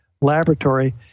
Laboratory